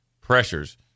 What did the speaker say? pressures